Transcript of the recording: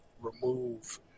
remove